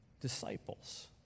disciples